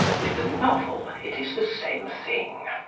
with the novel it is the same thing.